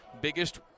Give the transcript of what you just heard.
biggest